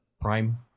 prime